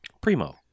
Primo